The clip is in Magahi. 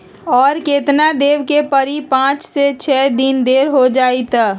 और केतना देब के परी पाँच से छे दिन देर हो जाई त?